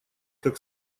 как